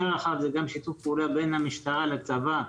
רחב וגם שיתוף פעולה בין המשטרה לצבא.